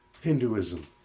Hinduism